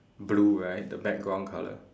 blue right the background colour